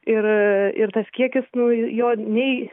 ir ir tas kiekis nu jo nei